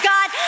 God